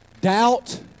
Doubt